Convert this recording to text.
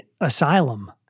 asylum